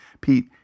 Pete